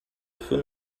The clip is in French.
feu